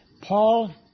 Paul